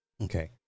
Okay